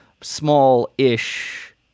small-ish